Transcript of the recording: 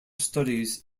studies